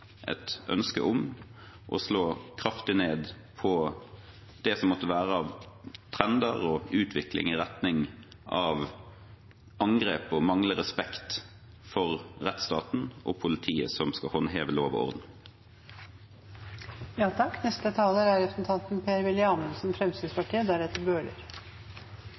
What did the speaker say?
et ønske om å slå kraftig ned på det som måtte være av trender og utvikling i retning av angrep og manglende respekt for rettsstaten og politiet, som skal håndheve lov og